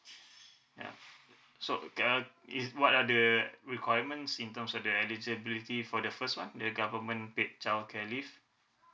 ya so okay uh is what are the requirements in terms of the eligibility for the first one the government paid childcare leave